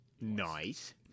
Nice